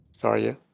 sorry